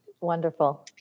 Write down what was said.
Wonderful